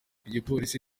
igipolisi